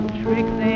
tricks